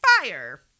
fire